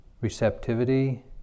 receptivity